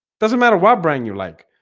doesn't matter what brand you like?